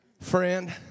Friend